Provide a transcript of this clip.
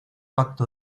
pacto